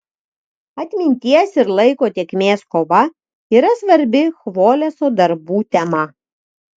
atminties ir laiko tėkmės kova yra svarbi chvoleso darbų tema